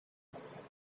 else